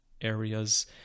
areas